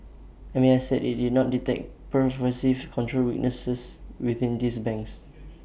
M A S said IT did not detect pervasive control weaknesses within these banks